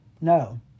no